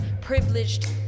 privileged